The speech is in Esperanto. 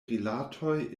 rilatoj